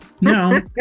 No